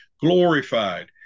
glorified